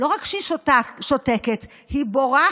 לא רק שהיא שותקת, היא בורחת.